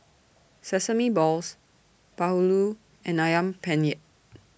Sesame Balls Bahulu and Ayam Penyet